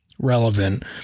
relevant